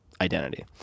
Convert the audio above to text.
identity